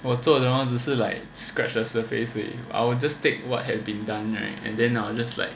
我做的话只是 like scratch the surface 而已 I will just take what has been done right and then I'll just like